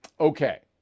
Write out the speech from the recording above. Okay